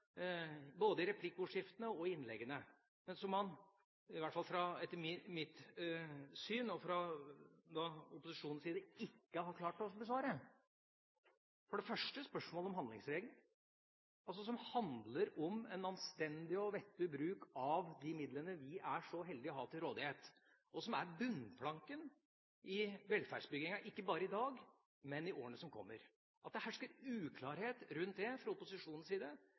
både i replikkordskiftene og i innleggene, som man fra opposisjonens side – i hvert fall ut fra mitt syn – ikke har klart å besvare. For det første er det spørsmålet om handlingsregelen, som altså handler om en anstendig og vettug bruk av de midlene vi er så heldige å ha til rådighet, og som er bunnplanken i velferdsbyggingen, ikke bare i dag, men i årene som kommer. Det er med en viss undring jeg har registrert i debatten at det hersker uklarhet